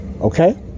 Okay